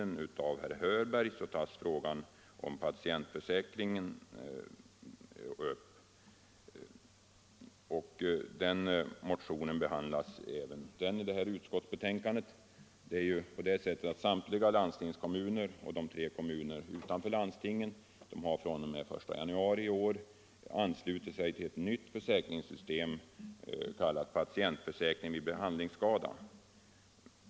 berg tas frågan om patientförsäkringar upp, och den motionen behandlas även i utskottsbetänkandet. Samtliga landstingskommuner och de tre kommunerna utanför landsting har ju fr.o.m. den 1 januari i år anslutit sig till ett nytt försäkringssystem, som kallas patientförsäkring vid behandlingsskada.